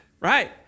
right